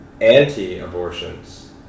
anti-abortions